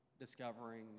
discovering